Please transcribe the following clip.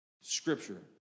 scripture